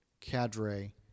cadre